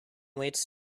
waits